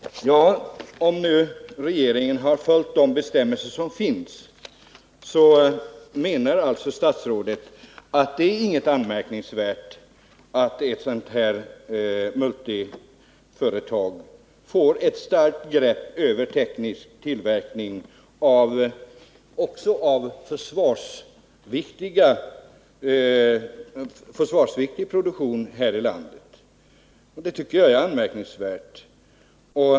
Herr talman! Statsrådet menar alltså att om regeringen har följt de bestämmelser som finns är det inget anmärkningsvärt att ett sådant multiföretag som ITT får ett starkt grepp över teknisk tillverkning också av försvarsviktig produktion här i landet. Det tycker jag är anmärkningsvärt.